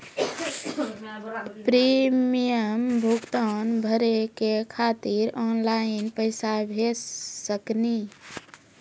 Premium भुगतान भरे के खातिर ऑनलाइन पैसा भेज सकनी?